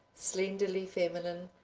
slenderly feminine,